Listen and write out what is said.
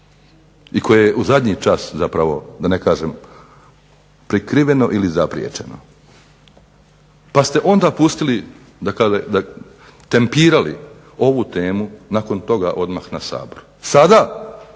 i koje u zadnji čas zapravo da ne kažem prikriveno ili zapriječeno pa ste onda pustili, tempirali ovu temu nakon toga odmah na Sabor. Sada